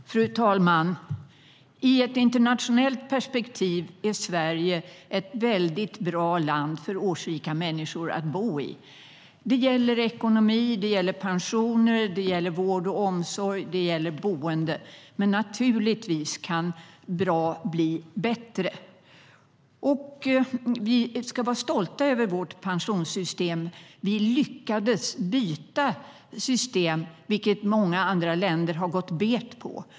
Fru talman! I ett nationellt perspektiv är Sverige ett väldigt bra land för årsrika människor att bo i. Det gäller ekonomi, pensioner, vård och omsorg samt boende, men naturligtvis kan bra bli bättre. Vi ska vara stolta över vårt pensionssystem. Vi lyckades byta system, vilket många andra länder har gått bet på.